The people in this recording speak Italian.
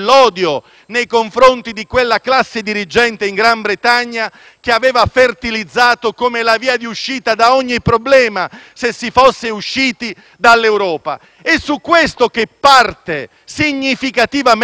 che aveva fertilizzato come la via d'uscita da ogni problema l'ipotesi della Brexit. È su questo che parte, significativamente, un incasso, una patrimonializzazione